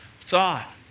thought